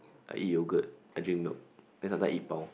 I eat yogurt I drink milk then sometimes I eat pau